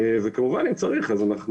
כמובן, אם צריך, אנחנו